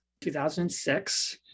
2006